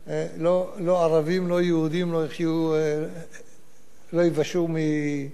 לא ייוושעו מחוסר סובלנות,